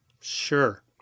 Sure